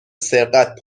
سرقت